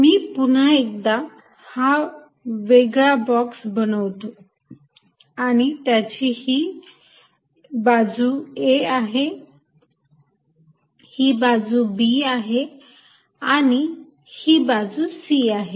मी पुन्हा एकदा हा वेगळा बॉक्स बनवतो आणि त्याची ही बाजू a आहे ही बाजू b आहे आणि ही बाजू c आहे